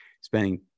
spending